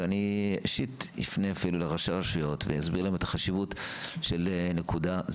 ואישית אני אפנה אפילו לראשי רשויות ואסביר להם את החשיבות של נקודה.